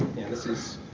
this is.